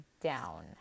down